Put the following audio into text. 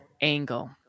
angle